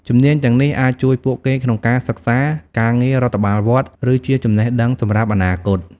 ជំនាញទាំងនេះអាចជួយពួកគេក្នុងការសិក្សា ការងាររដ្ឋបាលវត្ត ឬជាចំណេះដឹងសម្រាប់អនាគត។